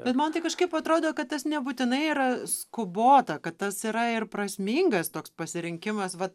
bet man tai kažkaip atrodo kad tas nebūtinai yra skubota kad tas yra ir prasmingas toks pasirinkimas va